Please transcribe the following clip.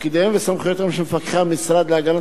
תפקידיהם וסמכויותיהם של מפקחי המשרד להגנת